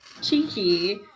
cheeky